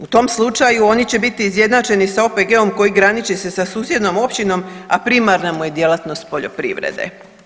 U tom slučaju oni će biti izjednačeni s OPG-om koji graniči se sa susjednom općinom, a primarna mu je djelatnost poljoprivrede.